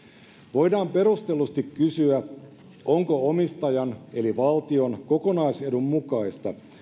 voidaan perustellusti kysyä onko omistajan eli valtion kokonaisedun mukaista